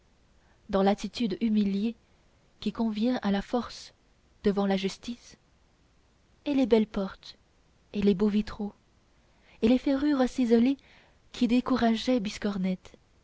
dans l'attitude humiliée qui convient à la force devant la justice et les belles portes et les beaux vitraux et les ferrures ciselées qui décourageaient